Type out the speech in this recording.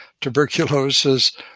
tuberculosis